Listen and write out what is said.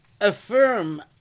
affirm